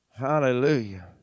Hallelujah